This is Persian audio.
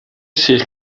سیخ